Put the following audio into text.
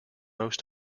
most